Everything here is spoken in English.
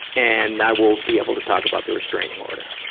and i will be able to talk about the restraining order.